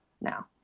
now